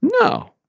No